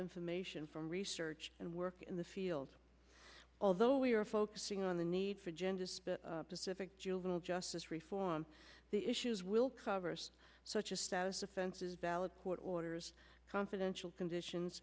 information from research and work in the field although we are focusing on the need for gender specific to little justice reform the issues will covers such a status offense is valid court orders confidential conditions